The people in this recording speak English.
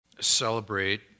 celebrate